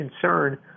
concern